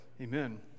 Amen